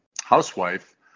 housewife